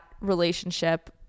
relationship